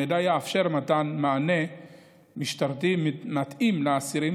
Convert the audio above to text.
המידע יאפשר מתן מענה משטרתי מתאים לאסירים